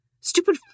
Stupid